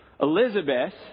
Elizabeth